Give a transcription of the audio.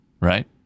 right